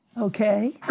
Okay